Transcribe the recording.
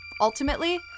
ultimately